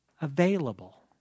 available